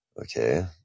Okay